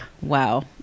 wow